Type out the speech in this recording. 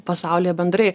pasaulyje bendrai